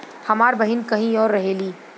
हमार बहिन कहीं और रहेली